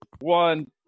one